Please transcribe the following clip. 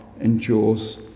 endures